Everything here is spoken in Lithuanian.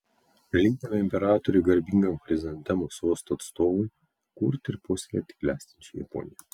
linkime imperatoriui garbingam chrizantemų sosto atstovui kurti ir puoselėti klestinčią japoniją